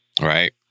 Right